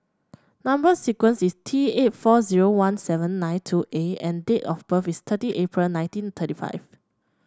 number sequence is T eight four zero one seven nine two A and date of birth is thirty April nineteen thirty five